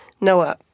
Noah